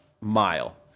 mile